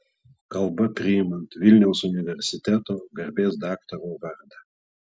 kalba priimant vilniaus universiteto garbės daktaro vardą